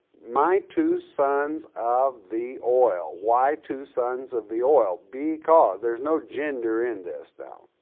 my two sons of the oil, why two sons of the oil? because there's no gender in this now,